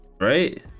Right